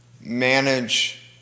manage